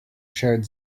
shared